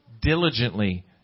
diligently